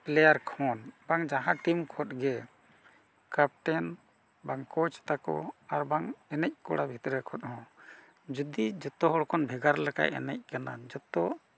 ᱠᱷᱚᱱ ᱵᱟᱝ ᱡᱟᱦᱟᱸ ᱠᱷᱚᱱ ᱜᱮ ᱵᱟᱝ ᱛᱟᱠᱚ ᱟᱨ ᱵᱟᱝ ᱮᱱᱮᱡ ᱠᱚᱲᱟ ᱵᱷᱤᱛᱨᱤ ᱠᱷᱚᱱ ᱦᱚᱸ ᱡᱩᱫᱤ ᱡᱚᱛᱚ ᱦᱚᱲ ᱠᱷᱚᱱ ᱵᱷᱮᱜᱟᱨ ᱞᱮᱠᱟᱭ ᱮᱱᱮᱡ ᱠᱟᱱᱟ ᱡᱚᱛᱚ